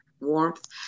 warmth